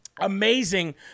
Amazing